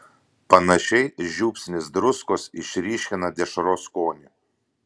panašiai žiupsnis druskos išryškina dešros skonį